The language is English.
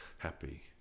Happy